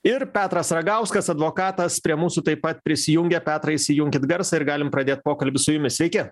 ir petras ragauskas advokatas prie mūsų taip pat prisijungę petrai įsijunkit garsą ir galim pradėti pokalbį su jumis sveiki